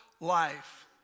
life